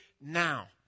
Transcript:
now